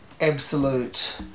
absolute